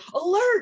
alert